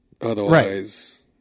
otherwise